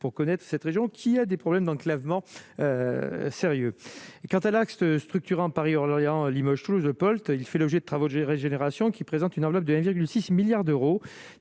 pour connaître cette région qui a des problèmes d'enclavement sérieux quant à l'axe structurant par Lorient, Limoges, Toulouse Polt, il fait l'objet de travaux gérer génération qui présente une enveloppe de 1,6 milliards d'euros,